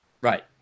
right